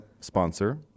sponsor